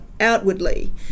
outwardly